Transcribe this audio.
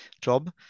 job